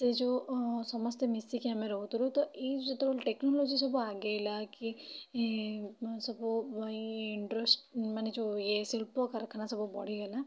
ସେ ଯୋଉ ସମସ୍ତେ ମିଶିକି ଆମେ ରହୁଥିଲୁ ତ ଏ ଯେତେବେଳେ ଟେକ୍ନୋଲୋଜି ସବୁ ଆଗେଇଲା କି ଇ ସବୁ ମାନେ ଯୋଉ ଏ ଶିଳ୍ପ କାରଖାନା ସବୁ ବଢ଼ିଗଲା